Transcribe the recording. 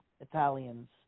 Italians